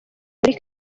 muri